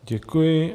Děkuji.